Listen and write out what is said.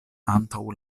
antaŭ